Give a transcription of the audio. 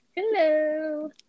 Hello